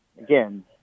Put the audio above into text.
again